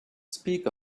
speak